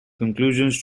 conclusions